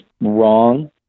wrong